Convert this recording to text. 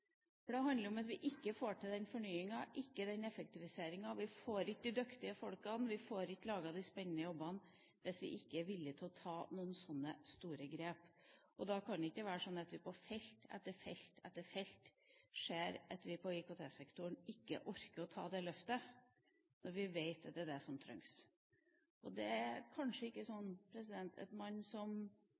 Det handler om at vi ikke får til den fornyelsen, vi får ikke den effektiviseringen, vi får ikke de dyktige folkene, og vi får ikke til de spennende jobbene hvis vi ikke er villige til å ta noen sånne store grep. Da kan det ikke være sånn at vi på felt etter felt ikke orker å ta det løftet på IKT-sektoren, når vi vet at det er det som trengs. Det er kanskje ikke sånn at man som